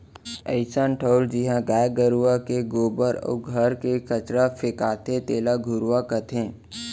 अइसन ठउर जिहॉं गाय गरूवा के गोबर अउ घर के कचरा फेंकाथे तेला घुरूवा कथें